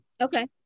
Okay